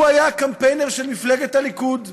הוא היה הקמפיינר של מפלגת הליכוד,